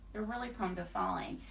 they're really prone to falling,